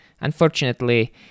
unfortunately